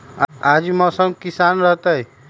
आज मौसम किसान रहतै?